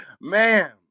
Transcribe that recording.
man